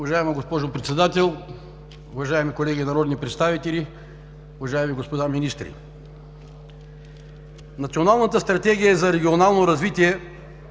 Уважаема госпожо Председател, уважаеми колеги народни представители, уважаеми господа министри! Националната стратегия за регионално развитие